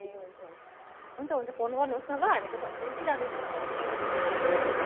ए हुन्छ हुन्छ हुन्छ हुन्छ फोन गर्नुहोस् न ल हामी त सधैँ नै जाँदैछ मेरो त कि